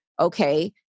Okay